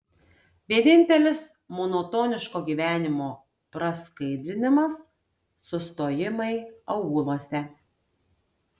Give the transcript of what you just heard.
vienintelis monotoniško gyvenimo praskaidrinimas sustojimai aūluose